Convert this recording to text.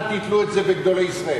אל תתלו את זה בגדולי ישראל.